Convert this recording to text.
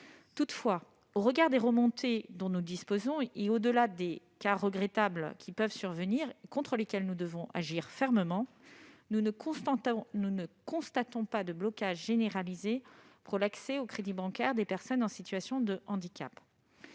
Toutefois, au regard des remontées dont nous disposons et au-delà de quelques cas regrettables qui peuvent survenir et contre lesquels nous devons agir fermement, nous ne constatons pas de blocage généralisé pour l'accès au crédit bancaire des personnes en situation de handicap.